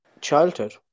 childhood